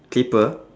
clipper